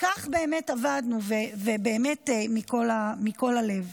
כך באמת עבדנו, ובאמת מכל הלב.